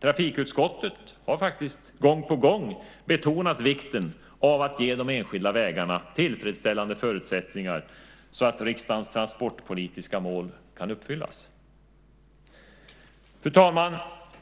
Trafikutskottet har faktiskt gång på gång betonat vikten av att ge de enskilda vägarna tillfredsställande förutsättningar så att riksdagens transportpolitiska mål kan uppfyllas. Fru talman!